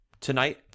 Tonight